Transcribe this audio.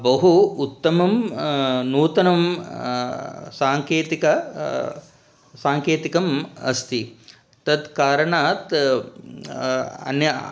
बहु उत्तमं नूतनं साङ्केतिकं साङ्केतिकम् अस्ति तत् कारणात् अन्य